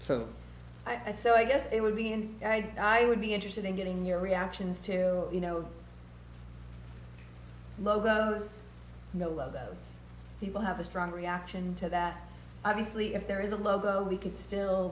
so i so i guess it would be and i did i would be interested in getting your reactions to you know logos know love those people have a strong reaction to that obviously if there is a logo we could still